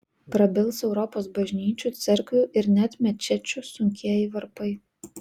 prabils europos bažnyčių cerkvių ir net mečečių sunkieji varpai